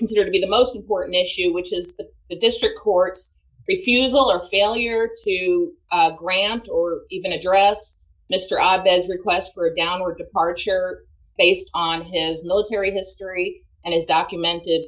consider to be the most important issue which is the district court's refusal or failure to grant or even address mr i bet is the quest for a downward departure based on his military history and his document